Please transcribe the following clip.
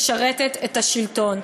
שמשרתת את השלטון.